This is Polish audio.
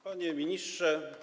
Panie Ministrze!